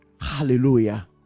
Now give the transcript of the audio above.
Hallelujah